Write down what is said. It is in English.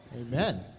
Amen